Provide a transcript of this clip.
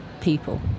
people